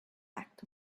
act